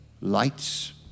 lights